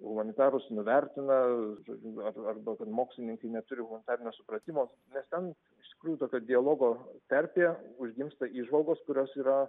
humanitarus nuvertina žodžiu ar arba kad mokslininkai neturi humanitarinio supratimo nes ten iš tikrųjų tokio dialogo terpėje užgimsta įžvalgos kurios yra